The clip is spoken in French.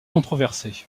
controversé